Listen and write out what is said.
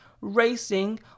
racing